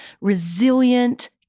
resilient